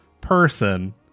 person